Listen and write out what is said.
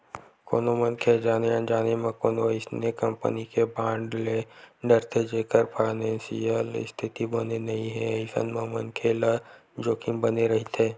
कोनो मनखे ह जाने अनजाने म कोनो अइसन कंपनी के बांड ले डरथे जेखर फानेसियल इस्थिति बने नइ हे अइसन म मनखे ल जोखिम बने रहिथे